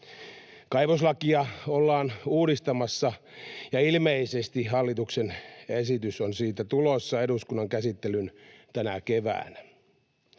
Kaivoslakia ollaan uudistamassa, ja ilmeisesti hallituksen esitys siitä on tulossa eduskunnan käsittelyyn tänä keväänä.